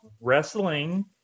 wrestling